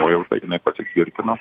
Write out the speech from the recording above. o jau nepasitvirtino